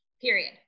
period